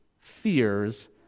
fears